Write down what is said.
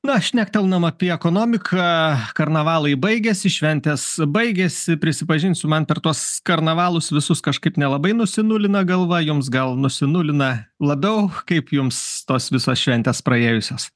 na šnektelnam apie ekonomiką karnavalai baigėsi šventės baigėsi prisipažinsiu man per tuos karnavalus visus kažkaip nelabai nusinulina galva jums gal nusinulina labiau kaip jums tos visos šventės praėjusios